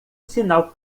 sinal